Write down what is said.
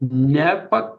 ne pa